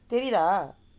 தெரிதா:therithaa